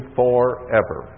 forever